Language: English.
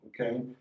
okay